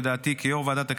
לדעתי כיו"ר ועדת הכנסת,